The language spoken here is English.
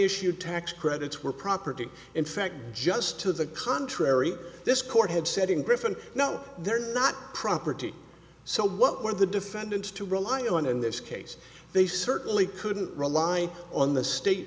issue tax credits were property in fact just to the contrary this court had said in brief and now they're not property so what were the defendants to rely on in this case they certainly couldn't rely on the state